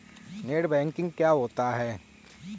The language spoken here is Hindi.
नेट बैंकिंग क्या होता है?